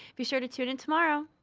be sure to tune in tomorrow.